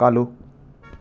ꯀꯥꯜꯂꯨ